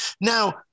Now